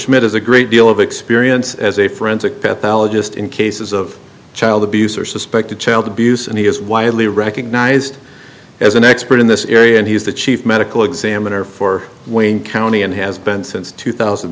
smith has a great deal of experience as a forensic pathologist in cases of child abuse or suspected child abuse and he is widely recognized as an expert in this area and he's the chief medical examiner for wayne county and has been since two thousand